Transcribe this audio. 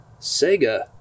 Sega